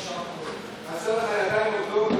חסרות לך ידיים עובדות,